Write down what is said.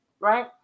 right